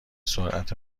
سرعت